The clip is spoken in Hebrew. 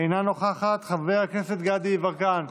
אינה נוכחת, חבר הכנסת גדי יברקן,